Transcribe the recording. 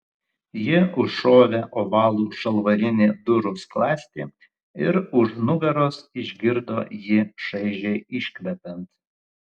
ji užšovė ovalų žalvarinį durų skląstį ir už nugaros išgirdo jį šaižiai iškvepiant